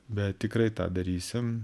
bet tikrai tą darysim